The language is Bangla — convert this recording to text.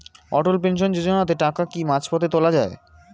অটল পেনশন যোজনাতে টাকা কি মাঝপথে তোলা যায়?